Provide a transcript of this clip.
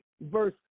verse